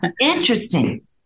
interesting